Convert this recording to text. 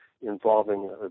involving